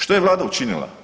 Što je Vlada učinila?